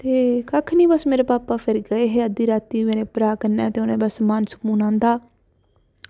ते कक्ख निं फिर मेरे भापा गे हे अद्धी रातीं मेरे भ्राऽ कन्नै ते उनें समान आह्ंदा